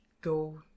go